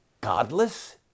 godless